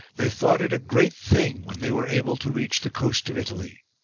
they thought it a great thing when they were able to reach the coast of italy.